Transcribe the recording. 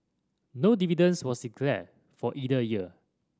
no dividend was declared for either year